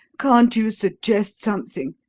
can't you suggest something?